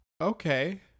Okay